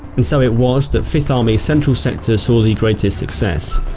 and so it was that fifth army's central sector saw the greatest success.